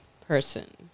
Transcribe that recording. person